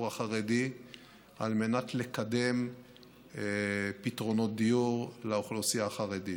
החרדי על מנת לקדם פתרונות דיור לאוכלוסייה החרדית.